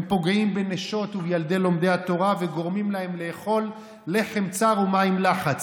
הם פוגעים בנשות ובילדי לומדי התורה וגורמים להם לאכול לחם צר ומים לחץ.